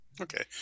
Okay